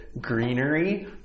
greenery